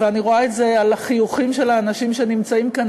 ואני רואה את זה על החיוכים של האנשים שנמצאים כאן,